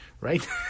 Right